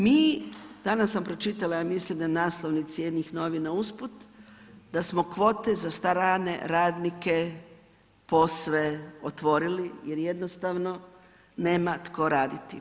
Mi, danas sam pročitala, ja mislim na naslovnici jednih novina usput da smo kvote za strane radnike posve otvorili jer jednostavno nema tko raditi.